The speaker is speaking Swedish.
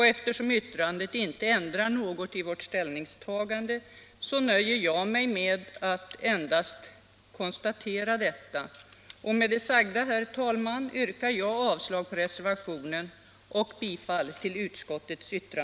Eftersom yttrandet inte ändrar något i vårt ställningstagande nöjer jag mig med att endast konstatera detta.